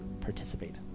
participate